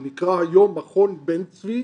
הוא נקרא היום מכון בן צבי